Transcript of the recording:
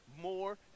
more